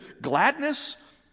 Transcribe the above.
gladness